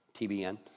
TBN